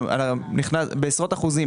בעשרות אחוזים,